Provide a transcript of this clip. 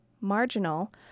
marginal